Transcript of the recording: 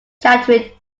chattering